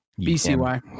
BCY